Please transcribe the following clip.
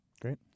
Great